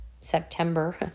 September